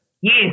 Yes